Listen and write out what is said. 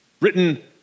written